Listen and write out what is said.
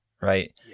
right